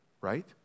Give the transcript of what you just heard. Right